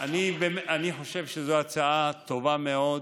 אני חושב שזאת הצעה טובה מאוד.